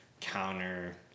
counter